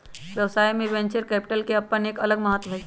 व्यवसाय में venture capital के अपन एक अलग महत्व हई